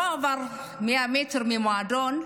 לא עברו 100 מטר מהמועדון,